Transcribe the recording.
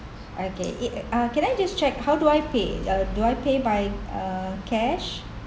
okay it uh can I just check how do I pay uh do I pay by uh cash